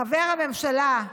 חבר הממשלה,